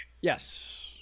Yes